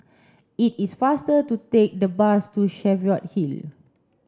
it is faster to take the bus to Cheviot Hill